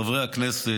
חברי הכנסת,